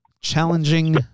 challenging